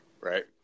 Right